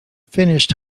finished